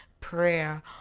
prayer